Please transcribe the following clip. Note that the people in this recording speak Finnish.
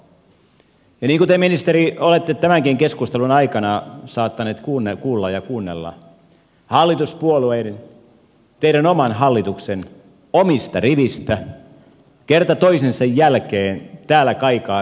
niin kuin te ministeri olette tämänkin keskustelun aikana saattanut kuulla ja kuunnella hallituspuolueiden teidän oman hallituksen omista riveistä kerta toisensa jälkeen täällä kaikaa selvä viesti